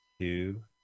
Two